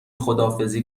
خداحافظی